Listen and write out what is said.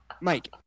Mike